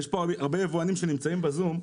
יש פה הרבה יבואנים שנמצאים בזום,